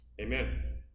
Amen